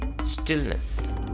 stillness